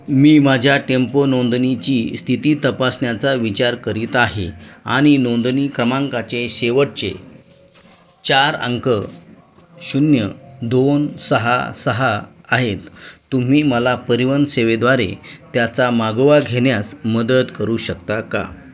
मी माझ्या टेम्पो नोंदणीची स्थिती तपासण्याचा विचार करीत आहे आणि नोंदणी क्रमांकाचे शेवटचे चार अंक शून्य दोन सहा सहा आहेत तुम्ही मला परिवहन सेवेद्वारे त्याचा मागोवा घेण्यास मदत करू शकता का